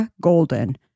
Golden